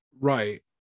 Right